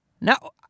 Now